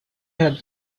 had